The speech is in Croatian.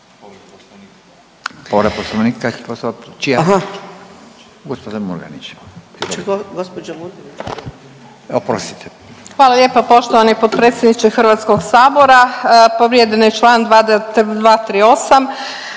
Hvala lijepa. Poštovani potpredsjedniče Hrvatskog sabora, poštovane kolegice